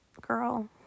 girl